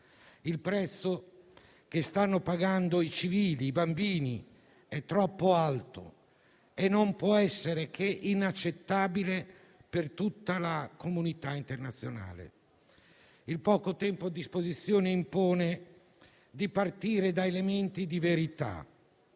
Il prezzo che stanno pagando i civili e i bambini è troppo alto e non può essere che inaccettabile per tutta la comunità internazionale. Il poco tempo a disposizione impone di partire da elementi di verità,